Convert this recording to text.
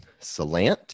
salant